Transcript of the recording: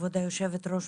כבוד היושבת-ראש,